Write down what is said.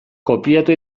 kopiatu